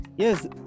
Yes